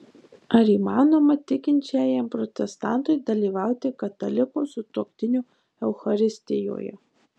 ar įmanoma tikinčiajam protestantui dalyvauti kataliko sutuoktinio eucharistijoje